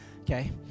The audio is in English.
okay